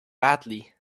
badly